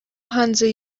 hanze